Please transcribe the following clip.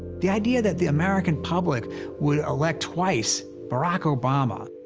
the idea that the american public would elect twice barack obama,